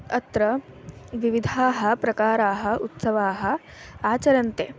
अत्र विविधाः प्रकाराः उत्सवाः आचर्यन्ते